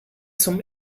zum